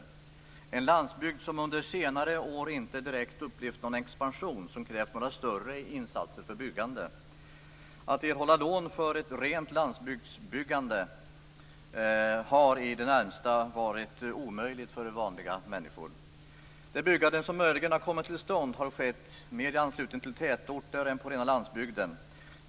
Denna landsbygd har under senare år inte direkt upplevt någon expansion som krävt några större insatser för byggande. Att erhålla lån för ett rent landsbygdsbyggande har i det närmaste varit omöjligt för vanliga människor. Det byggande som möjligen har kommit till stånd har skett mer i anslutning till tätorter än på rena landsbygden.